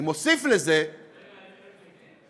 אני מוסיף לזה, רגע, הם מתנגדים?